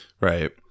Right